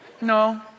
No